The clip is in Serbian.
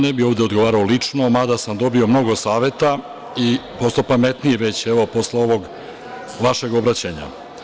Ne bih ja ovde odgovarao lično, mada sam dobio mnogo saveta i postao pametniji već evo posle ovog vašeg obraćanja.